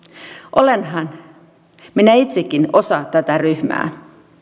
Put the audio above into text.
olenhan minä itsekin osa tätä ryhmää